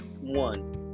One